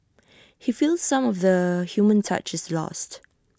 he feels some of the human touch is lost